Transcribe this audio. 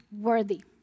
worthy